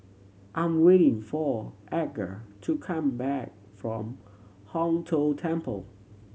I'm waiting for Edgar to come back from Hong Tho Temple